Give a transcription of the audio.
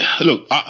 Look